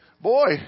boy